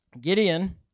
Gideon